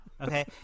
Okay